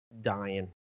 dying